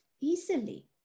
easily